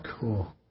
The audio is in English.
Cool